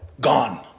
gone